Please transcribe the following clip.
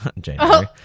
January